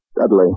Dudley